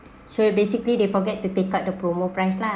so basically they forget to take out the promo price lah